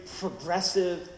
progressive